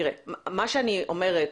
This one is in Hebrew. מה שאני אומרת,